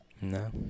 No